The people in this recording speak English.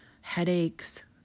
headaches